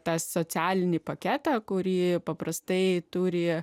tą socialinį paketą kurį paprastai turi